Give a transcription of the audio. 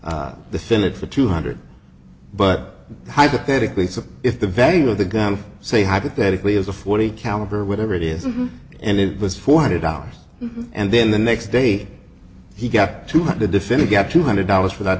e the finished for two hundred but hypothetically so if the value of the gun say hypothetically is a forty caliber whatever it is and it was four hundred dollars and then the next day he got to have the defendant get two hundred dollars for that